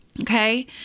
Okay